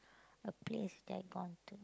a place that I gone to